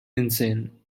insane